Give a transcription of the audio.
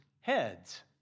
heads